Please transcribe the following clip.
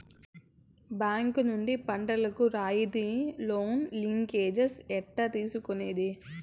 Bank నుండి పంటలు కు రాయితీ లోను, లింకేజస్ ఎట్లా తీసుకొనేది?